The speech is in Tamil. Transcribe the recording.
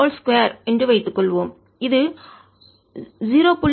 5 2 என்று வைத்துக்கொள்வோம் இது 0